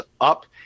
up